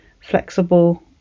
flexible